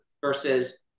versus